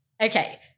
okay